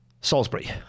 Salisbury